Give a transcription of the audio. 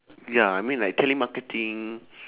ya I mean like telemarketing